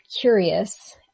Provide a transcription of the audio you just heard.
curious